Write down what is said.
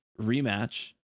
rematch